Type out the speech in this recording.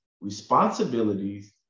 responsibilities